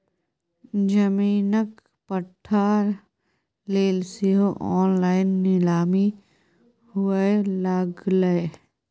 जमीनक पट्टा लेल सेहो ऑनलाइन नीलामी हुअए लागलै